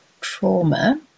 trauma